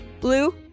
blue